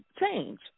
change